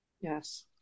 Yes